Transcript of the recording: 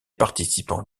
participants